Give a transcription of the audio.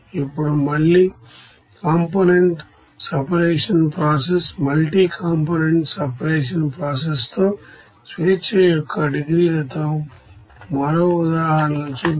ఇప్పుడు multi component separation process multi component separation ప్రాసెస్తో స్వేచ్ఛ యొక్క డిగ్రీలతో మరో ఉదాహరణలు చూద్దాం